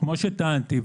כמו שטענתי,